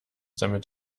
damit